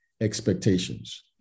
expectations